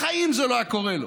בחיים זה לא היה קורה לו.